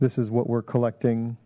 this is what we're collecting